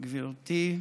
גברתי,